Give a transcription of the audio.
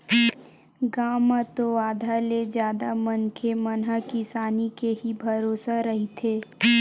गाँव म तो आधा ले जादा मनखे मन ह किसानी के ही भरोसा रहिथे